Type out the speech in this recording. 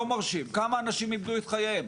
כמה אנשים איבדו את חייהם?